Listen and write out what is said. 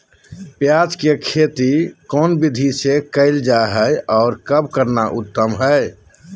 प्याज के खेती कौन विधि से कैल जा है, और कब करना उत्तम है?